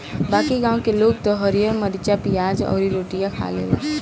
बाकी गांव के लोग त हरिहर मारीचा, पियाज अउरी रोटियो खा लेला